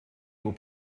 will